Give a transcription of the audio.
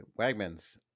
wagmans